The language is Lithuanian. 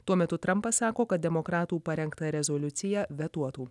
tuo metu trampas sako kad demokratų parengtą rezoliuciją vetuotų